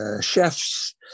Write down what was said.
chefs